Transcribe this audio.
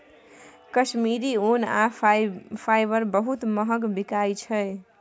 कश्मीरी ऊन आ फाईबर बहुत महग बिकाई छै